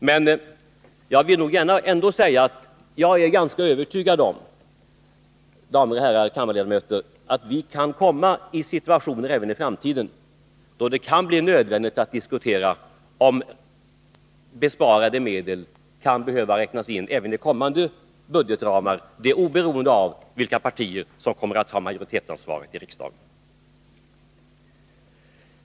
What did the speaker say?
Men jag vill gärna ändå säga att jag är ganska övertygad om, mina damer och herrar kammarledamöter, att vi kan komma i situationer även i framtiden då det kan bli nödvändigt att diskutera om sparade medel kan behöva räknas in även i kommande budgetramar, oberoende av vilka partier som kommer att ha majoritetsansvaret i riksdagen.